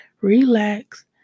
relax